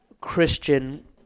Christian